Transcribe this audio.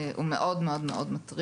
הוא מאוד מטריד.